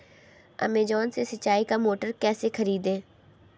Amazon से सिंचाई का मोटर कैसे खरीदें?